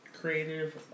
creative